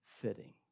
fitting